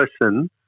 person